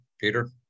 Peter